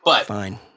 Fine